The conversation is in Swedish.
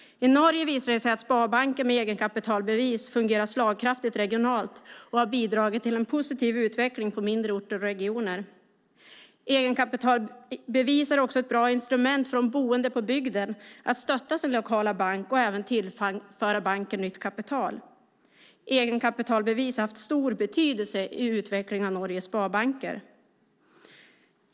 I Norge har det visat sig att sparbanker med egenkapitalbevis fungerar slagkraftigt regionalt och att de har bidragit till en positiv utveckling på mindre orter och regioner. Egenkapitalbevis är ett bra instrument för de boende på bygden att stötta sin lokala bank och även tillföra banken nytt kapital. Egenkapitalbevis har haft stor betydelse i utvecklingen av Norges sparbanker.